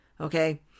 okay